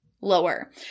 Lower